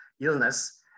illness